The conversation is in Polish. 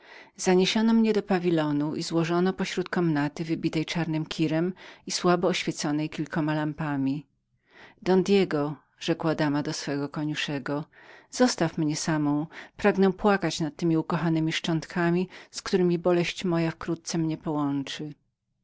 zaniesiono mnie do pawilonu i złożono pośród wielkiej komnaty wybitej czarnym kirem i słabo oświeconej kilkoma lampami don diego rzekła dama do swego koniuszego zostaw mnie samą pragnę sama płakać nad temi ukochanemi szczątkami z któremi boleść moja wkrótce mnie połączy